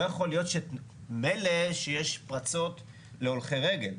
לא יכול להיות, מילא שיש פרצות להולכי רגל.